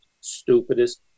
stupidest